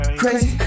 crazy